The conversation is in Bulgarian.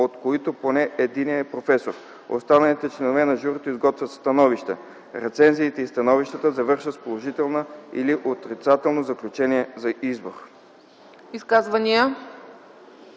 от които поне единият е „професор”. Останалите членове на журито изготвят становища. Рецензиите и становищата завършват с положително или отрицателно заключение за избор.”